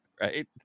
Right